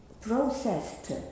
processed